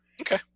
Okay